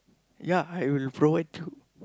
ya I will provide you